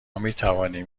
میتوانیم